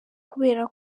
kubera